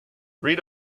read